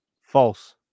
false